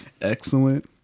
Excellent